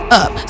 up